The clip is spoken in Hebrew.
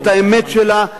את האמת שלה,